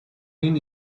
been